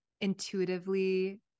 intuitively